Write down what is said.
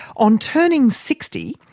on turning sixty,